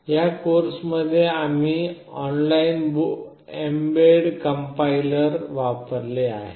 या कोर्समध्ये आम्ही ऑनलाइन एमबेड कंपाईलर वापरले आहे